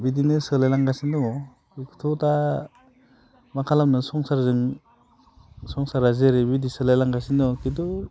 बिदिनो सोलाय लांगासिनो दङ बेखौथ' दा मा खालामनो संसारजों संसारा जेरैबायदि सोलाय लांगासिनो खिन्थु